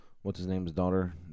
What's-his-name's-daughter